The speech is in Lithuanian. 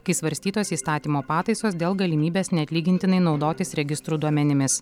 kai svarstytos įstatymo pataisos dėl galimybės neatlygintinai naudotis registrų duomenimis